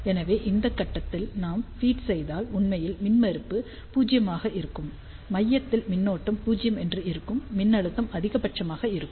எனவே இந்த கட்டத்தில் நாம் ஃபீட் செய்தால் உண்மையில் மின்மறுப்பு 0 ஆக இருக்கும் மையத்தில் மின்னோட்டம் 0 என்று இருக்கும் மின்னழுத்தம் அதிகபட்சமாக இருக்கும்